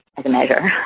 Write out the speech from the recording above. as a measure?